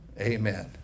Amen